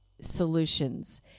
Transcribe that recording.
Solutions